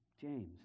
James